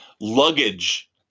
luggage